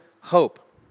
hope